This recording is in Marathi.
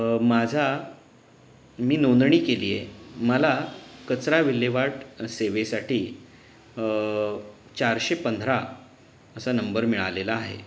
माझी मी नोंदणी केली आहे मला कचरा विल्हेवाट सेवेसाठी चारशे पंधरा असा नंबर मिळालेला आहे